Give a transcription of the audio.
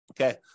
Okay